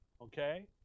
Okay